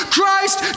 Christ